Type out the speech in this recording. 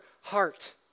heart